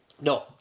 No